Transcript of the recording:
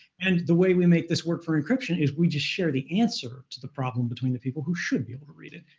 and the way we make this work for encryption is, we just share the answer to the problem between the people who should be able to read it.